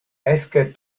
esque